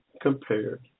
compared